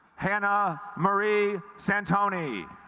hannah marie santoni